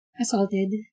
assaulted